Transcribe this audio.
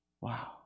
Wow